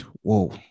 Whoa